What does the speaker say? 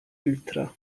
filtra